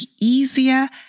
easier